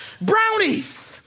brownies